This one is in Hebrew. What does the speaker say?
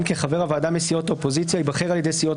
כחבר הוועדה מסיעות האופוזיציה ייבחר על ידי סיעות